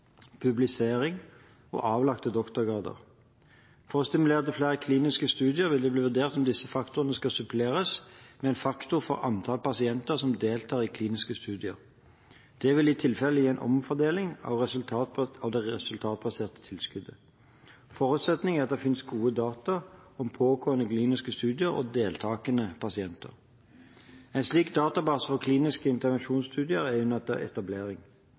publiseringer og avlagte doktorgrader. For å stimulere til flere kliniske studier vil det bli vurdert om disse faktorene skal suppleres med en faktor for antall pasienter som deltar i kliniske studier. Det vil i tilfelle gi en omfordeling av det resultatbaserte tilskuddet. Forutsetningen er at det finnes gode data om pågående kliniske studier og deltakende pasienter. En slik database for kliniske intervensjonsstudier er under etablering.